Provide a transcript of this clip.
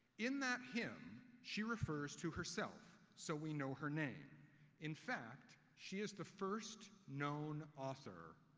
in that hymn, she refers to herself, so we know her name in fact, she is the first known author,